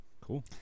Cool